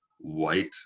white